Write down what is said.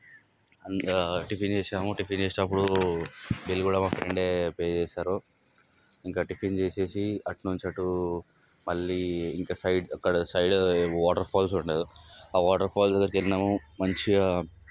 అంత టిఫిన్ చేశాము టిఫిన్ చేసినప్పుడు బిల్ కూడా మా ఫ్రెండే పే చేశారు ఇంకా టిఫిన్ చేసేసి అటు నుంచి అటు మళ్ళీ ఇంకా సైడు ఇక్కడ సైడు ఏవో వాటర్ ఫాల్స్ ఉంటుంది ఆ వాటర్ ఫాల్స్ దగ్గరికి వెళ్ళినాము మంచిగా